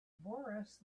boris